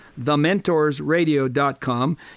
TheMentorsRadio.com